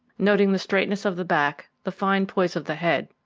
noting the straightness of the back, the fine poise of the head,